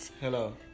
Hello